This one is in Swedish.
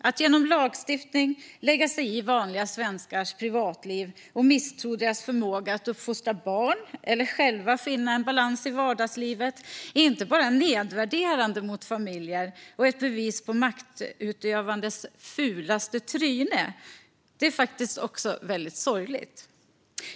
Att genom lagstiftning lägga sig i vanliga svenskars privatliv och misstro deras förmåga att uppfostra barn eller själva finna en balans i vardagslivet är inte bara nedvärderande mot familjer och ett bevis på maktutövandets fulaste tryne, utan det är faktiskt också väldigt sorgligt.